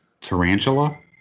Tarantula